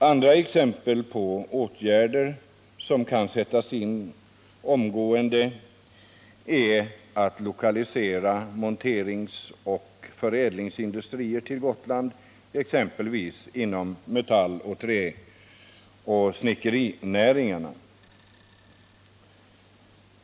Andra exempel på åtgärder som kan sättas in omgående är att lokalisera monteringsoch förädlingsindustrier till Gotland, exempelvis inom metall-, träoch snickerinäringarna.